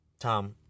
Tom